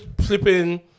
flipping